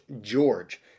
George